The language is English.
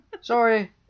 sorry